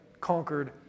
conquered